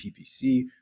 PPC